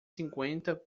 cinquenta